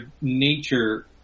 nature